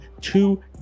two